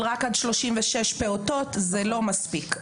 אבל רק עד 36 פעוטות זה לא מספיק.